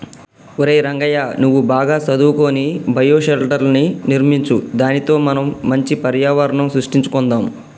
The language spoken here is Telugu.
ఒరై రంగయ్య నువ్వు బాగా సదువుకొని బయోషెల్టర్ర్ని నిర్మించు దానితో మనం మంచి పర్యావరణం సృష్టించుకొందాం